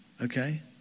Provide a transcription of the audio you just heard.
Okay